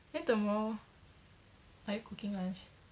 then tomorrow are you cooking lunch